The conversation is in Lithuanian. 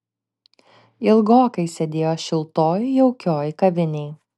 ilgokai sėdėjo šiltoj jaukioj kavinėj